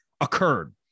occurred